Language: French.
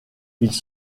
ils